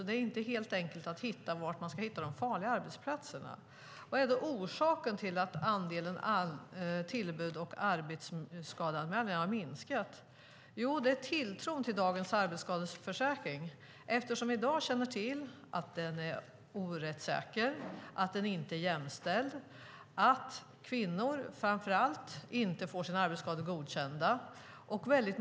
Det är alltså inte alldeles enkelt att veta var de ska hitta de farliga arbetsplatserna. Vad är då orsaken till att antalet tillbud och arbetsskadeanmälningar minskat? Jo, det är tilltron till dagens arbetsskadeförsäkring. I dag känner man till att den inte är rättssäker, att den inte är jämställd och att framför allt kvinnor inte får sina arbetsskador godkända.